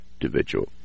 individual